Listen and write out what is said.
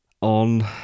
on